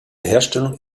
herstellung